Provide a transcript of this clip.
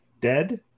dead